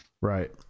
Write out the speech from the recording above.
Right